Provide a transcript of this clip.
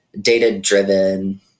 data-driven